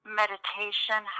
meditation